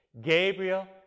Gabriel